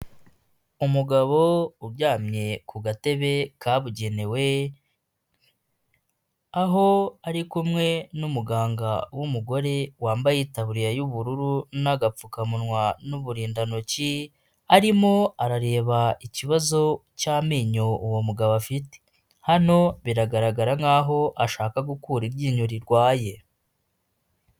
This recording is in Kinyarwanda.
Umugabo uryamye ku gatebe kabugenewe, aho ari kumwe n'umuganga w'umugore wambaye itaburiya y'ubururu n'agapfukamunwa n'uburindantoki, arimo arareba ikibazo cy'amenyo uwo mugabo afite, hano biragaragara nkaho ashaka gukura ibryinyo rirwaye.